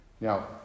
Now